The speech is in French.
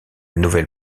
nouvelle